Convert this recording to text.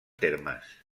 termes